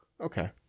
Okay